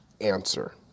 answer